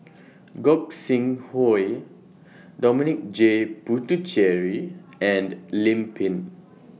Gog Sing Hooi Dominic J Puthucheary and Lim Pin